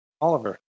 Oliver